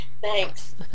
Thanks